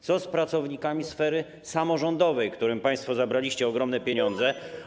Co z pracownikami sfery samorządowej, którym państwo zabraliście ogromne pieniądze?